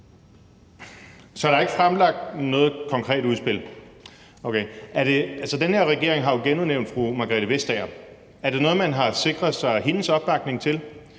Så der er ikke fremlagt noget konkret udspil? Okay. Altså, den her regering har jo genudævnt fru Margrethe Vestager. Er det noget, man har sikret sig hendes opbakning til?